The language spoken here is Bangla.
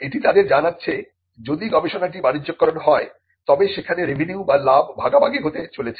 এটি তাদের জানাচ্ছে যদি গবেষণাটি বাণিজ্যকরণ হয় তবে সেখানে রেভিনিউ বা লাভ ভাগাভাগি হতে চলেছে